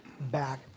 back